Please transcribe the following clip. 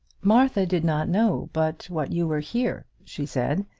martha did not know but what you were here, she said,